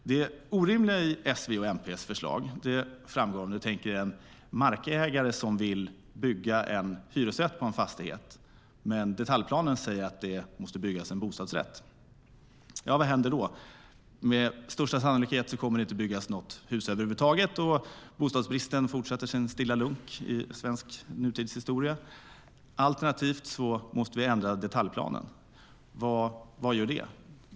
Det orimliga i förslaget från S, V och MP framgår om man tänker sig en markägare som vill bygga en hyresrätt på en fastighet, medan detaljplanen säger att det måste byggas en bostadsrätt. Vad händer då? Med största sannolikhet kommer det inte att byggas något hus över huvud taget, och bostadsbristen fortsätter sin lunk i svensk nutidshistoria. Alternativt måste detaljplanen ändras. Vad innebär det?